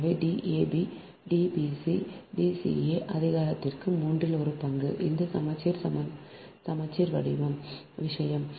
எனவே d a b D b c D c a அதிகாரத்திற்கு மூன்றில் ஒரு பங்கு இந்த சமச்சீர் சமச்சீர் விஷயம்